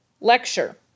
lecture